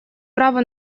право